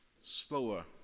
slower